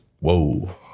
whoa